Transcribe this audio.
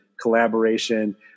collaboration